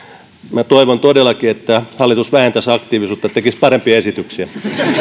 minä toivon todellakin että hallitus vähentäisi aktiivisuutta tekisi parempia esityksiä